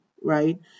right